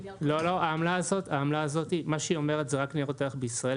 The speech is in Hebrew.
מה שהיא אומרת זה רק ניירות ערך בישראל,